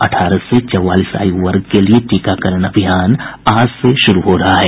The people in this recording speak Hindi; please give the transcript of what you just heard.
अठारह से चौवालीस आयु वर्ग के लिए टीकाकरण अभियान आज से शुरू हो रहा है